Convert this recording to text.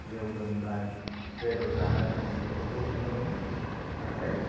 जौ लोंनाय बेदर जानाय जों बेफोरखौ नुनो मोनो नाथाय